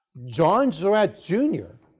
john surrat, junior,